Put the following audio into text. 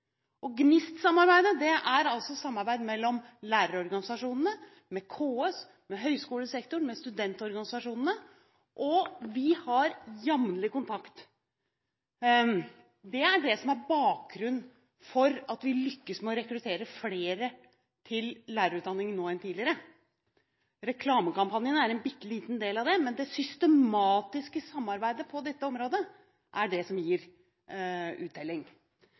gode resultater. GNIST-samarbeidet er altså samarbeid med lærerorganisasjonene, med KS, med høyskolesektoren og med studentorganisasjonene, og vi har jevnlig kontakt. Det er det som er bakgrunnen for at vi lykkes med å rekruttere flere til lærerutdanningen nå enn tidligere. Reklamekampanjene er en bitteliten del av det, men det systematiske samarbeidet på dette området er det som gir uttelling.